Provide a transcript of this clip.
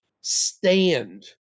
stand